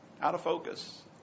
out-of-focus